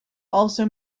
also